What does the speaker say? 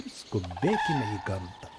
skubėkime į gamtą